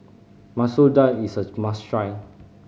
Masoor Dal is a must try